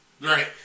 Right